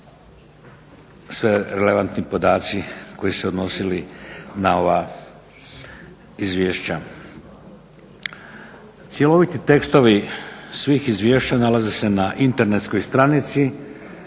sve relevantni podaci koji su se odnosili na ova izvješća. Cjeloviti tekstovi svih izvješća nalaze se na internetskoj stranici